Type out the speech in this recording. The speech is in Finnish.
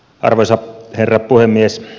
arvoisa herra puhemies